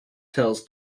tells